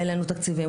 העלינו תקציבים,